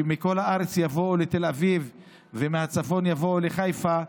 שמכל הארץ יבואו לתל אביב ומהצפון יבואו לחיפה,